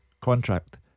contract